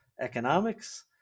economics